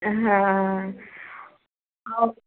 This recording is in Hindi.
हाँ और